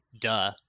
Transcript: duh